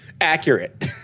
Accurate